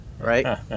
right